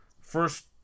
first